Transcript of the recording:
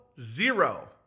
zero